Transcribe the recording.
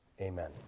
Amen